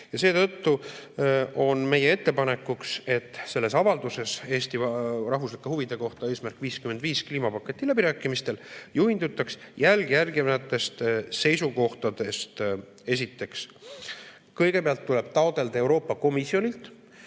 Ja seetõttu on meie ettepanek, et selles avalduses Eesti rahvuslike huvide kohta "Eesmärk 55" kliimapaketi läbirääkimistel juhindutaks alljärgnevatest seisukohtadest. Esiteks, kõigepealt tuleb taotleda Euroopa Komisjonilt